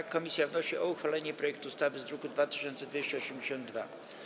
Komisja wnosi o uchwalenie projektu ustawy z druku nr 2282.